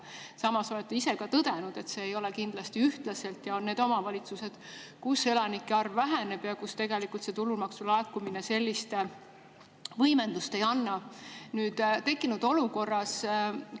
Samas olete ise ka tõdenud, et see ei [jagune] kindlasti ühtlaselt. On omavalitsused, kus elanike arv väheneb ja kus tegelikult tulumaksu [täiendav] laekumine sellist võimendust ei anna. Nüüd, tekkinud olukorras,